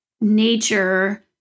nature